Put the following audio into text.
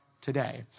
today